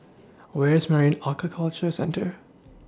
Where IS Marine Aquaculture Centre